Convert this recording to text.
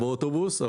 האוטובוס.